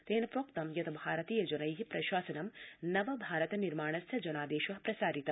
तेन प्रोक्तं यत् भारतीय जनै प्रशासनं नव भारत निर्माणस्य जनादेश प्रसारित